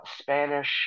Spanish